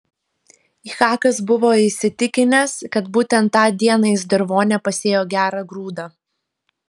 ichakas buvo įsitikinęs kad būtent tą dieną jis dirvone pasėjo gerą grūdą